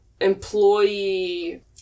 employee